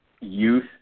youth